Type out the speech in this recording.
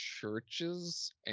churches